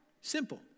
Simple